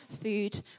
food